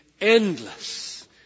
endless